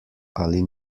ali